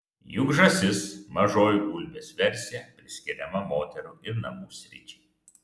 juk žąsis mažoji gulbės versija priskiriama moterų ir namų sričiai